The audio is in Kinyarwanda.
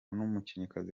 n’umukinnyikazi